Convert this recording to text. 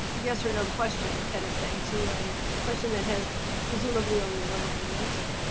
yes or no question kind of thing to a question that has presumably only one right answer.